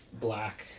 Black